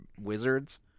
wizards